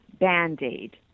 Band-Aid